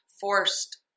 forced